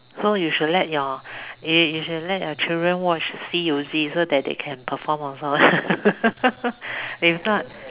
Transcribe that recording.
so you should let your you should let your children watch 西游记 so they can perform also if not